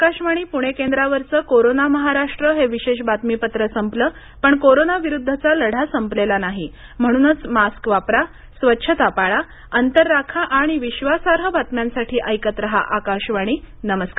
आकाशवाणी पुणे केंद्रावरच कोरोना महाराष्ट्र हे विशेष बातमीपत्र संपलं पण कोरोना विरुद्धचा लढा संपलेला नाही म्हणूनच मास्क वापरा स्वच्छता पाळा अंतर राखा आणि विश्वासार्ह बातम्यांसाठी ऐकत रहा आकाशवाणी नमस्कार